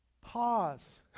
Pause